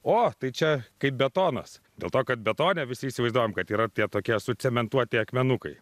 o tai čia kaip betonas dėl to kad betone visi įsivaizduojam kad yra tie tokie sucementuoti akmenukai